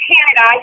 Canada